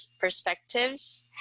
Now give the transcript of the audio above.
perspectives